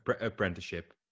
apprenticeship